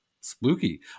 spooky